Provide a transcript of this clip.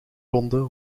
ronde